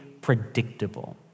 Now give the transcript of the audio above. predictable